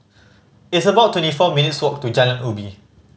it's about twenty four minutes' walk to Jalan Ubi